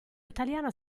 italiana